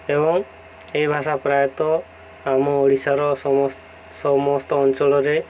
ଏବଂ ଏହି ଭାଷା ପ୍ରାୟତଃ ଆମ ଓଡ଼ିଶାର ସମ ସମସ୍ତ ଅଞ୍ଚଳରେ